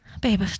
Babe